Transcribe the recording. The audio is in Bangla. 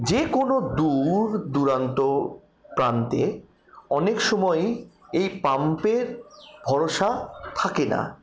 যে কোনো দূর দূরান্ত প্রান্তে অনেক সময়ই এই পাম্পের ভরসা থাকে না